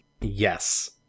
Yes